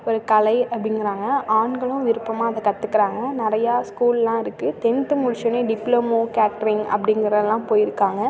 ஒரு கலை அப்டிங்கிறாங்க ஆண்களும் விருப்பமாக அதை கற்றுக்குறாங்க நிறையா ஸ்கூல்லாம் இருக்குது டென்த்து முடிச்சோடனே டிப்ளமோ கேட்ரிங் அப்படிங்கிறதுலாம் போயிருக்காங்க